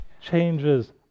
changes